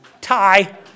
tie